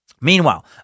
Meanwhile